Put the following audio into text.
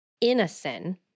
innocent